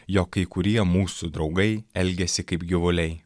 jog kai kurie mūsų draugai elgiasi kaip gyvuliai